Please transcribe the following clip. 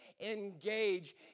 engage